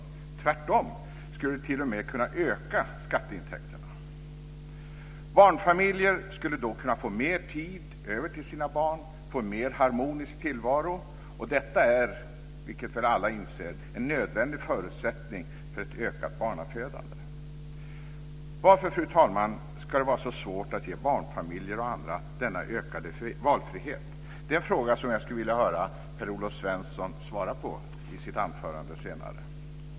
Tvärtom skulle det t.o.m. kunna öka skatteintäkterna. Barnfamiljer skulle då kunna få mer tid över till sina barn och få en mer harmonisk tillvaro. Detta är, vilket väl alla inser, en nödvändig förutsättning för ett ökat barnafödande. Varför, fru talman, ska det vara så svårt att ge barnfamiljer och andra denna ökade valfrihet? Det är en fråga som jag skulle vilja höra Per-Olof Svensson svara på i sitt anförande senare.